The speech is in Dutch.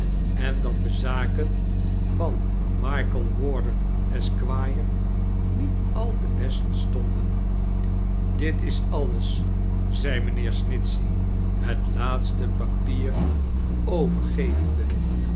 en dat de zaken van michael warden esq niet al te best stonden di t is alles zei mijnheer snitehey het laatete papier overgevenda